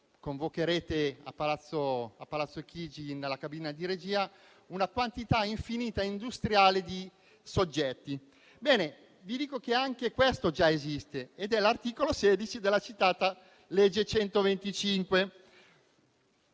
Convocherete a Palazzo Chigi, nella cabina di regia, una quantità infinita, industriale di soggetti. Bene, vi dico che anche questo già esiste ed è l'articolo 16 della citata legge n.